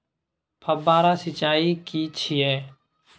फव्वारा सिंचाई की छिये?